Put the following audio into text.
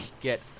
get